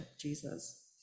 Jesus